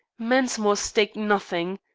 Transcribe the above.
mensmore staked nothing.